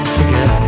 Forget